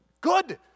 Good